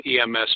EMS